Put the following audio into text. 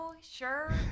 Sure